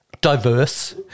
diverse